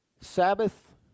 Sabbath